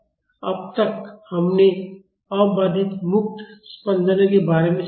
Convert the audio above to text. अब तक हमने अबाधित मुक्त स्पंदनों के बारे में सीखा है